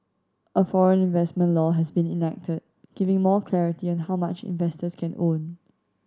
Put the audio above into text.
a foreign investment law has been enacted giving more clarity on how much investors can own